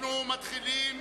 אנחנו מתחילים